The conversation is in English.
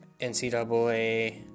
NCAA